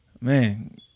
Man